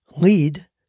lead